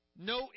no